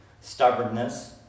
stubbornness